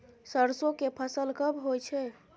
सरसो के फसल कब होय छै?